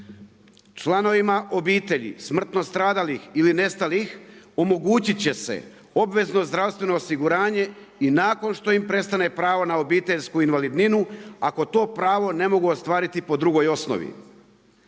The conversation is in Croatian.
članovima obitelji smrtno stradalih ili nestalih omogućit će se obvezno zdravstveno osiguranje i nakon što im prestane pravo na obiteljsku invalidninu ako to pravo ne mogu ostvariti po drugoj osnovi.